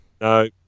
no